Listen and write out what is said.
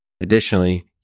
Additionally